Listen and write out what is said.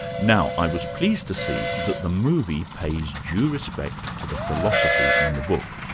now i was pleased to see that the movie pays due respect to the philosophy in the book,